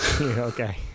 okay